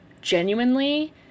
genuinely